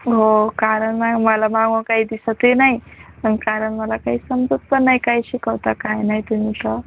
हो कारण मॅम मला ना काही दिसतही नाही आणि कारण मला काही समजत पण नाही काय शिकवतात काय नाही तुम्ही तर